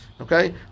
Okay